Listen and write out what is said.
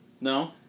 No